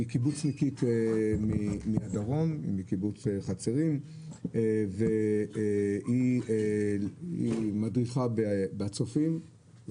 קיבוצניקית מהדרום מקיבוץ חצרים והיא מדריכה בצופים,